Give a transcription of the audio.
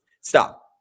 Stop